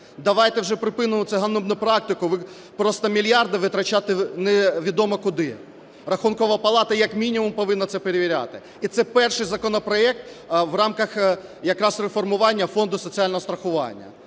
Давайте вже припинимо це ганебну практику просто мільярди витрачати невідомо куди. Рахункова палата як мінімум повинна це перевіряти і це перший законопроект в рамках якраз реформування Фонду соціального страхування.